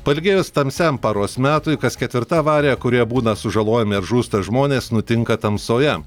pailgėjus tamsiajam paros metui kas ketvirta avarija kurioje būna sužalojami ar žūsta žmonės nutinka tamsoje